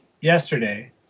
yesterday